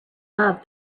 love